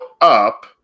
up